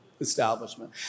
establishment